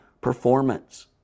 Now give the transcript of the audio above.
performance